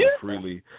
freely